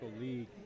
league